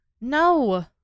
No